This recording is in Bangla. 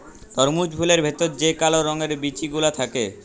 তরমুজ ফলের ভেতর যে কাল রঙের বিচি গুলা থাক্যে